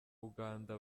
uganda